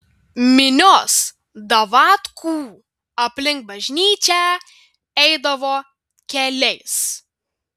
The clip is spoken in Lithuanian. minios davatkų aplink bažnyčią eidavo keliais